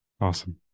Awesome